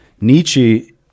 Nietzsche